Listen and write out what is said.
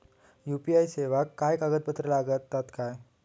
UPI सेवाक काय कागदपत्र लागतत काय?